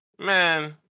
man